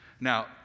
now